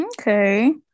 Okay